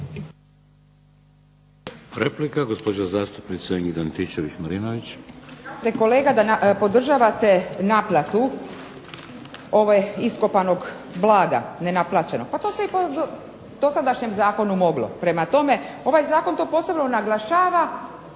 Replika gospođa zastupnica Ingrid Antičević Marinović.